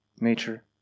nature